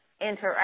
interact